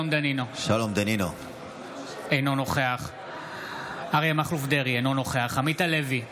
אינו נוכח אריה מכלוף דרעי, אינו נוכח עמית הלוי,